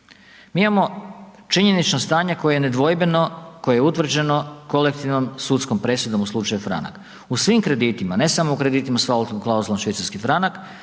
Mi imamo činjenično stanje koje je nedvojbeno, koje je utvrđeno kolektivnom sudskom presudom u slučaju Franak. U svim kreditima, ne samo u kreditima s valutnom klauzulom CHF,